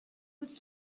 could